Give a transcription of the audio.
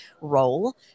role